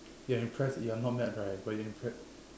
you're impressed you're not mad right but you're impressed